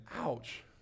ouch